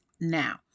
Now